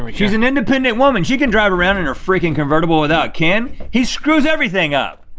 um she's an independent woman, she can drive around in her frickin' convertible without ken. he screws everything up.